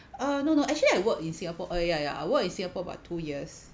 err no no actually I work in singapore ah ya ya I work in singapore about two years